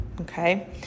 okay